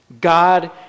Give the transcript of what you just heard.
God